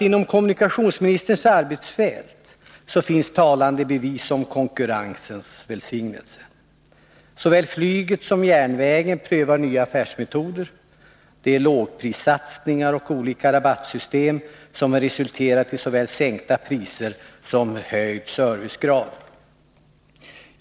Inom kommunikationsministerns arbetsfält finns talande bevis för konkurrensens välsignelse. Såväl flyget som järnvägen prövar nya affärsmetoder, med lågprissatsningar och olika rabattsystem, som har resulterat i såväl sänkta priser som höjd servicegrad.